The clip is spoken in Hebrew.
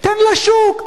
תן לשוק,